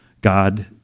God